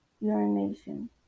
urination